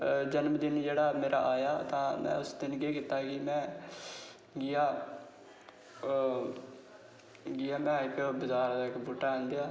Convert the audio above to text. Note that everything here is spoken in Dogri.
जनमदिन जेह्ड़ा मेरा आया तां में उसी केह् कीता की में जेह्ड़ा ओह् टाईम देआ